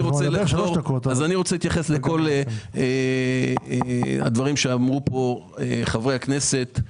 אני רוצה להתייחס לכל הדברים שאמרו פה חברי הכנסת.